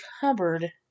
cupboard